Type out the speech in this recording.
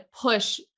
push